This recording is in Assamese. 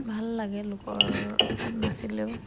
ভাল লাগে লোকৰ তাত নাচিলেও